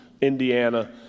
Indiana